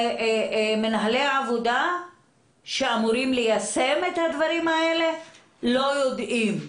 מנהלי העבודה שאמורים ליישם את הדברים האלה לא יודעים.